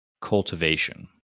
cultivation